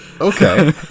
okay